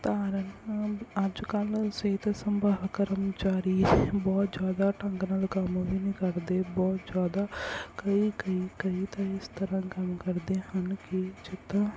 ਧਾਰਨ ਅੱਜ ਕੱਲ੍ਹ ਸਿਹਤ ਸੰਭਾਲ ਕਰਮਚਾਰੀ ਬਹੁਤ ਜ਼ਿਆਦਾ ਢੰਗ ਨਾਲ ਕੰਮ ਵੀ ਨਹੀਂ ਕਰਦੇ ਬਹੁਤ ਜ਼ਿਆਦਾ ਕਈ ਕਈ ਕਈ ਤਾਂ ਇਸ ਤਰ੍ਹਾਂ ਕੰਮ ਕਰਦੇ ਹਨ ਕਿ ਜਿੱਦਾਂ